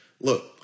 Look